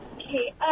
Okay